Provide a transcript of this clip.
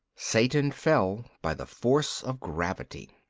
satan fell by the force of gravity.